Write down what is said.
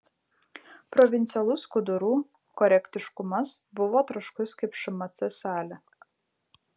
provincialus skudurų korektiškumas buvo troškus kaip šmc salė